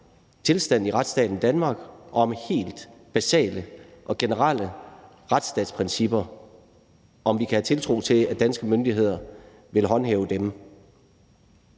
tilstanden i retsstaten Danmark og helt basale og generelle retsstatsprincipper, og om vi kan have tiltro til, at danske myndigheder vil håndhæve dem.